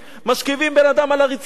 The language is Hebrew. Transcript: משכיבים בן-אדם על הרצפה,